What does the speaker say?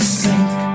sink